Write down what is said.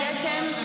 הודיתם.